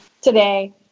today